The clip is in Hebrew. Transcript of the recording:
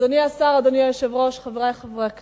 אדוני השר, אדוני היושב-ראש, חברי חברי הכנסת,